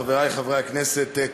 חברי חברי הכנסת,